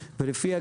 ולפי הגבוה,